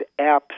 apps